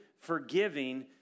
forgiving